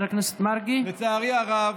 לצערי הרב